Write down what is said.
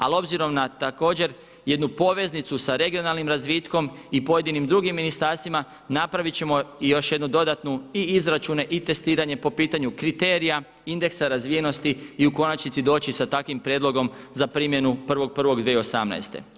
Ali obzirom na također jednu poveznicu sa regionalnim razvitkom i pojedinim drugim ministarstvima napravit ćemo i još jednu dodatnu i izračune i testiranje po pitanju kriterija, indeksa razvijenosti i u konačnici doći sa takvim prijedlogom za primjenu 1.1.2018.